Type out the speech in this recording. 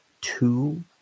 two